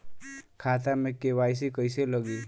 खाता में के.वाइ.सी कइसे लगी?